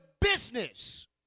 business